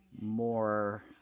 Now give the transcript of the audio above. more